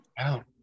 Wow